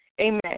Amen